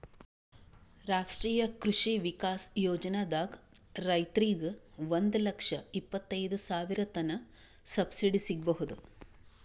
ರಾಷ್ಟ್ರೀಯ ಕೃಷಿ ವಿಕಾಸ್ ಯೋಜನಾದಾಗ್ ರೈತರಿಗ್ ಒಂದ್ ಲಕ್ಷ ಇಪ್ಪತೈದ್ ಸಾವಿರತನ್ ಸಬ್ಸಿಡಿ ಸಿಗ್ಬಹುದ್